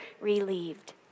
relieved